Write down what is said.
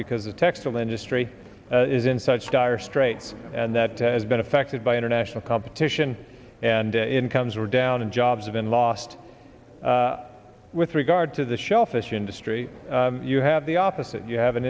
because the textile industry is in such dire straits and that has been affected by international competition and incomes are down and jobs have been lost with regard to the shellfish industry you have the opposite you have an